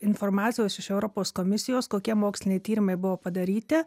informacijos iš europos komisijos kokie moksliniai tyrimai buvo padaryti